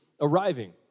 arriving